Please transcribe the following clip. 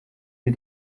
sie